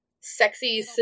sexy